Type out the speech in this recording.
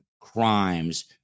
crimes